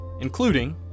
including